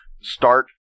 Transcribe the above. start